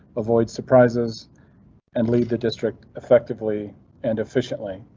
avoid surprises and leave the district effectively and efficiently.